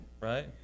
right